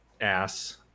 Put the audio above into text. ass